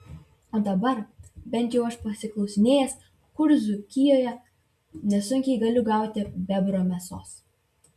o dabar bent jau aš pasiklausinėjęs kur dzūkijoje nesunkiai galiu gauti bebro mėsos